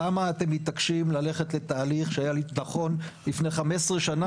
למה אתם מתעקשים ללכת לתהליך שהיה לי נכון לפני 15 שנה